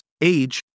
age